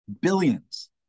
billions